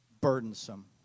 burdensome